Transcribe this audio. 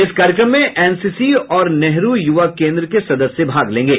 इस कार्यक्रम में एनसीसी और नेहरू युवा केन्द्र के सदस्य भाग लेंगे